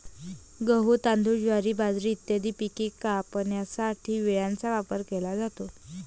गहू, तांदूळ, ज्वारी, बाजरी इत्यादी पिके कापण्यासाठी विळ्याचा वापर केला जातो